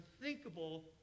unthinkable